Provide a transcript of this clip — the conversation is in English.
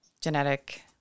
genetic